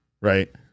right